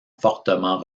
fortement